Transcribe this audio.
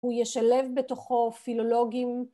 ‫הוא ישלב בתוכו פילולוגים.